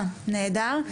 נהדר.